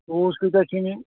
boot کٍتیٛاہ چھِ نِنۍ